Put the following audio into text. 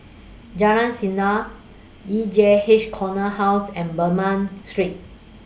Jalan Sindor E J H Corner House and Bernam Street